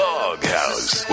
Doghouse